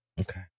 Okay